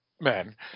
men